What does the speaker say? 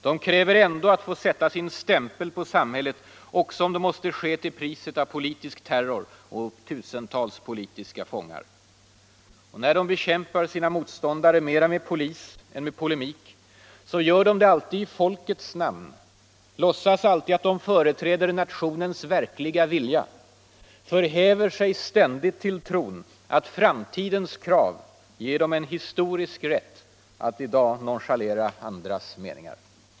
De kräver att ändå få sätta sin stämpel på samhället också om det måste ske till priset av politisk terror och tusentals politiska fångar. Och när de bekämpar sina motståndare mera med polis än med polemik, så gör de det alltid i folkets namn, låtsas alltid att de företräder nationens ”verkliga” vilja, förhäver sig ständigt i tron att framtidens krav ger dem en historisk rätt att i dag nonchalera andras meningar.